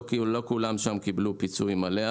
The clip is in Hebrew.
לא כולם שם קיבלו פיצוי מלא,